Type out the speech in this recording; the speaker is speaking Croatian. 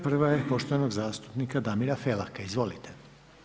Prva je poštovanog zastupnika Damira Felaka, izvolite.